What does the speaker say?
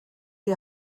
die